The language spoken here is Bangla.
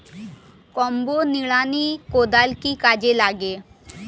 কম্বো নিড়ানি কোদাল কি কাজে লাগে?